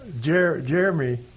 Jeremy